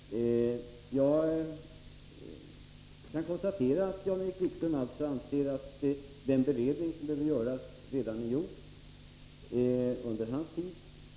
Herr talman! Jag kan konstatera att Jan-Erik Wikström anser att den beredning som behöver göras redan är gjord — under hans tid.